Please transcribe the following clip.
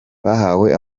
bahawe